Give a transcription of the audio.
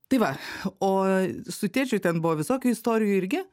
tai va o su tėčiu ten buvo visokių istorijų irgi